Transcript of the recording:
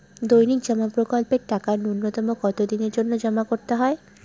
দৈনিক জমা প্রকল্পের টাকা নূন্যতম কত দিনের জন্য করতে হয়?